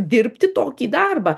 dirbti tokį darbą